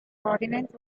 ordinance